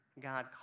God